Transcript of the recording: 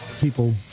people